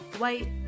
white